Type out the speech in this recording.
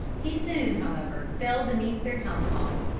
he soon however fell beneath their tomahawks,